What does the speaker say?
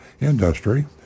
industry